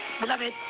Beloved